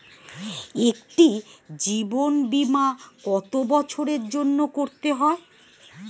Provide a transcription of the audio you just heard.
একটি জীবন বীমা কত বছরের জন্য করতে হয়?